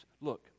Look